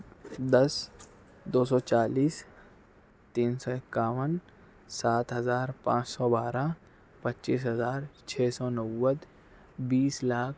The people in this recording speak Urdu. دس دو سو چالیس تین سو اکاون سات ہزار پانچ سو بارہ پچیس ہزار چھ سو نوے بیس لاکھ